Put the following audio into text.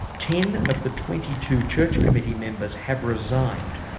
ten of the twenty two church committee members have resigned,